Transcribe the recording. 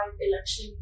election